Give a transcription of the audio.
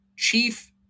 Chief